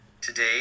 Today